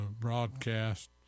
broadcast